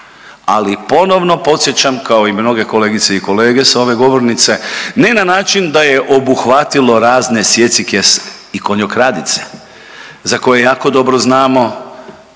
Ali ponovno podsjećam kao i mnoge kolegice i kolege sa ove govornice ne na način da je obuhvatilo razne sjecike i konjokradice za koje jako dobro znamo